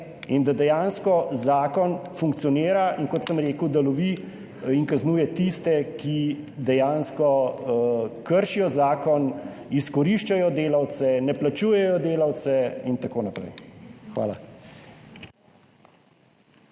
in da dejansko zakon funkcionira in, kot sem rekel, da lovi in kaznuje tiste, ki dejansko kršijo zakon, izkoriščajo delavce, jih ne plačujejo in tako naprej. Hvala.